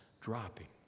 dropping